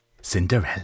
cinderella